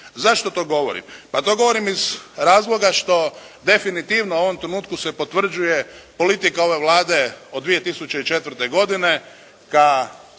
Zašto to govorim? Pa to govorim iz razloga što definitivno u ovom trenutku se potvrđuje politika ove Vlade od 2004. godine na